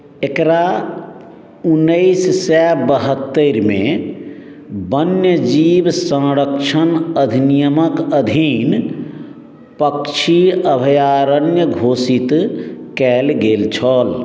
एकरा उन्नैस सए बहत्तरिमे वन्यजीव संरक्षण अधिनियमक अधीन पक्षी अभयारण्य घोषित कयल गेल छल